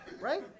right